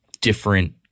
different